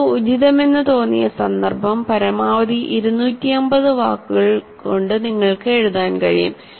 നിങ്ങൾക്ക് ഉചിതമെന്നു തോന്നിയ സന്ദർഭം പരമാവധി 250 വാക്കുകൾക്കൊണ്ട് നിങ്ങൾക്ക് എഴുതാൻ കഴിയും